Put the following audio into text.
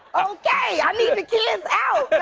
okay! i need the kids out, but